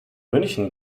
münchen